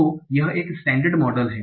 तो यह एक स्टेंडर्ड मॉडल है